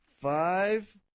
Five